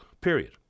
period